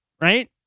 right